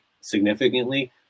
significantly